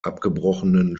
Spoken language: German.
abgebrochenen